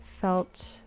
felt